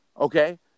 Okay